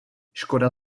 škoda